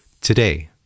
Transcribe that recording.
Today